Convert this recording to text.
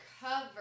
Cover